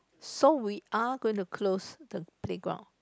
so we are going to close the playground